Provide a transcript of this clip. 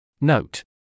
Note